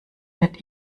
wird